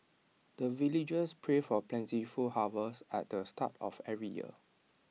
the villagers pray for plentiful harvest at the start of every year